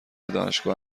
دانشگاه